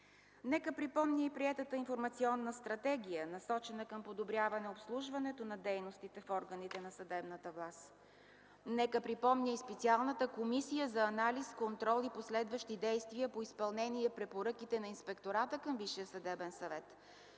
Нека да припомня и за приетата Информационна стратегия, насочена към подобряване обслужването на дейностите в органите на съдебната власт. Нека припомня и за специалната Комисия за анализ, контрол и последващи действия по изпълнение на препоръките на Инспектората към Висшия съдебен съвет,